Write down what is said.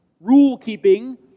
rule-keeping